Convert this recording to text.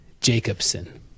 Jacobson